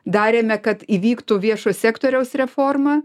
darėme kad įvyktų viešo sektoriaus reforma